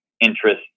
interest